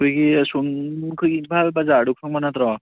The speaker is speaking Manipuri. ꯑꯩꯈꯣꯏꯒꯤ ꯑꯁꯣꯝ ꯑꯩꯈꯣꯏꯒꯤ ꯏꯝꯐꯥꯜ ꯕꯥꯖꯥꯔꯗꯨ ꯈꯪꯕ ꯅꯠꯇ꯭ꯔꯣ